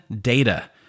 data